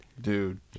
dude